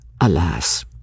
Alas